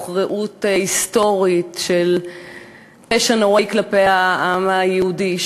מתוך ראייה היסטורית של פשע נוראי כלפי העם היהודי,